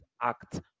act